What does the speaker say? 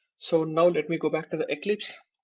so now let me go back to the eclipse.